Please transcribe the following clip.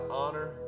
honor